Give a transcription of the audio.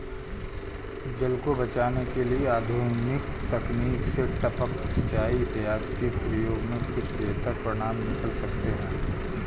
जल को बचाने के लिए आधुनिक तकनीक से टपक सिंचाई इत्यादि के प्रयोग से कुछ बेहतर परिणाम निकल सकते हैं